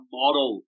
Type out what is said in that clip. model